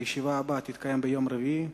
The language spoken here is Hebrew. הישיבה הבאה תתקיים ביום רביעי,